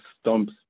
stumps